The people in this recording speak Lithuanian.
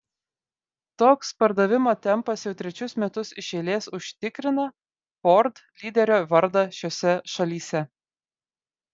toks pardavimo tempas jau trečius metus iš eilės užtikrina ford lyderio vardą šiose šalyse